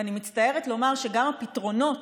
ואני מצטערת לומר שגם הפתרונות,